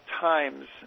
times